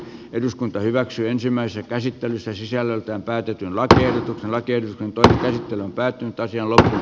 eduskunta hyväksyi ensimmäisen käsittelyssä sisällöltään päädytyn laitojen rakeiden tähti on päättynyt ajalla